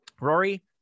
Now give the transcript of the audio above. Rory